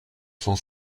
cent